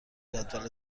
جدول